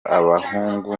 abahungu